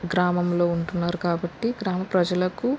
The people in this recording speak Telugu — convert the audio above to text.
గ్రామంలో ఉంటున్నారు కాబట్టి గ్రామ ప్రజలకు